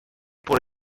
pour